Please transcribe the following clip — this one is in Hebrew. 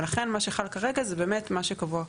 ולכן מה שחל כרגע זה באמת מה שקבוע.